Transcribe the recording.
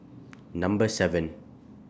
Number seven